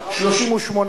אי-אמון בממשלה לא נתקבלה.